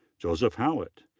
joseph howat.